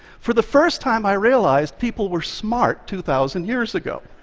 for the first time, i realized people were smart two thousand years ago.